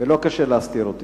ולא קשה להסתיר אותי.